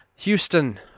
Houston